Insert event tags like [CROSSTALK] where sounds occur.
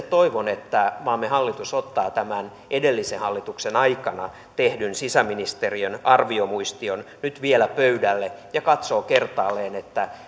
[UNINTELLIGIBLE] toivon että maamme hallitus ottaa tämän edellisen hallituksen aikana tehdyn sisäministeriön arviomuistion nyt vielä pöydälle ja katsoo kertaalleen